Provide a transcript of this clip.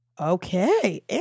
Okay